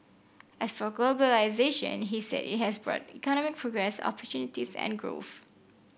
as for globalisation he said it has brought economic progress opportunities and growth